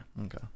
Okay